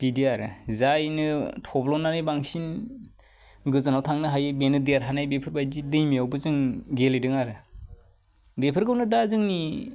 बिदि आरो जायनो थब्ल'नानै बांसिन गोजानाव थांनो हायो बेनो देरहानाय बेफोर बायदि दैमायावबो जों गेलेदों आरो बेफोरखौनो दा जोंनि